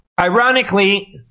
ironically